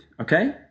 Okay